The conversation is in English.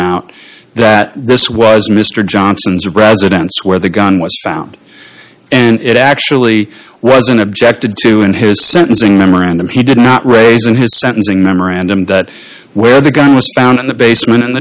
out that this was mr johnson's residence where the gun was found and it actually wasn't objected to in his sentencing memorandum he did not raise in his sentencing memorandum that where the gun was found in the basement in the